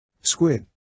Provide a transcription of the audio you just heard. Squid